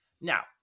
Now